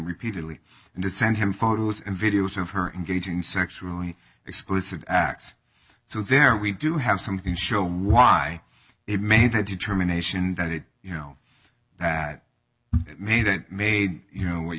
repeatedly and to send him photos and videos of her engaging sexually explicit acts so there we do have some can show why it made that determination that it you know that made it made you